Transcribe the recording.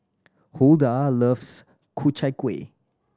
Hulda loves Ku Chai Kuih